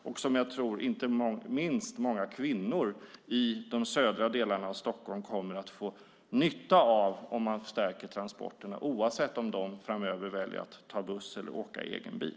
Inte minst kommer många kvinnor i de södra delarna av Stockholm att få nytta av att man stärker transporterna, oavsett om de framöver väljer att ta buss eller åka i egen bil.